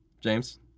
James